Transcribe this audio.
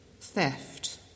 theft